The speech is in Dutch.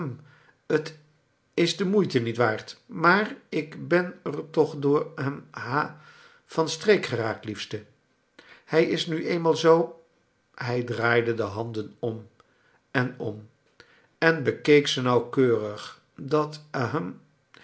het is de moeite niet waard maar ik ben er toch door ha van streek geraakt lief ste het is mi eenmaal zoo hij draaide zijn handen om en om en bekeek ze nauwkeurig dat ahem